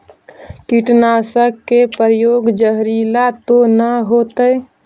कीटनाशक के प्रयोग, जहरीला तो न होतैय?